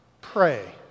Pray